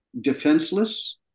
defenseless